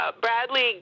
Bradley